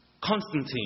Constantine